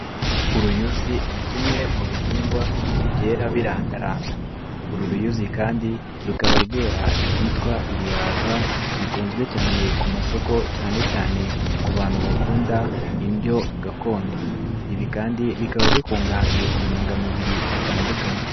Uruyuzi ni kimwe mu bihingwa byera birandaranda. Uru ruyuzi kandi rukaba rwera ibyitwa ibihaza, bikunzwe cyane ku masoko cyane cyane ku bantu bakunda indyo gakondo. Ibi kandi bikaba bikungahaye ku ntungamubiri zitandukanye.